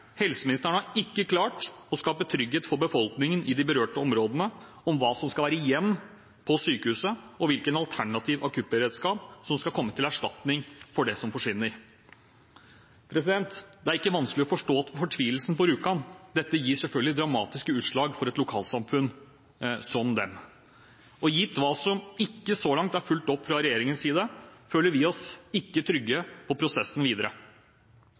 Helseministeren har ikke klart å skape trygghet for befolkningen i de berørte områdene om hva som skal være igjen på sykehuset, og hvilken alternativ akuttberedskap som skal komme til erstatning for det som forsvinner. Det er ikke vanskelig å forstå fortvilelsen på Rjukan. Dette gir selvfølgelig dramatiske utslag for et lokalsamfunn som det. Gitt hva som så langt ikke er fulgt opp fra regjeringens side, føler vi oss ikke trygge på prosessen videre.